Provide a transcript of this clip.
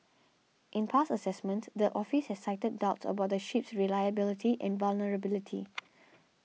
in past assessments the office has cited doubts about the ship's reliability and vulnerability